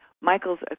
Michael's